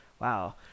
Wow